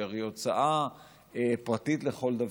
שהיא הרי הוצאה פרטית לכל דבר.